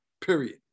Period